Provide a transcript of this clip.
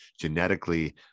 genetically